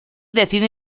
decide